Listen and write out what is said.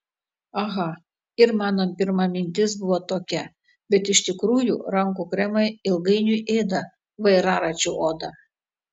aha ir mano pirma mintis buvo tokia bet iš tikrųjų rankų kremai ilgainiui ėda vairaračių odą